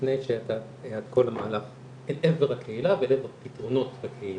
לפני שהיה את כל המהלך אל עבר הקהילה ואל עבר פתרונות בקהילה.